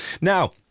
Now